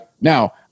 Now